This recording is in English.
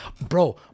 Bro